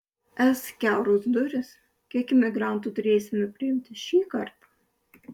es kiauros durys kiek imigrantų turėsime priimti šį kartą